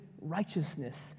righteousness